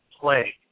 play